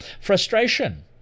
Frustration